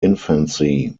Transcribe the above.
infancy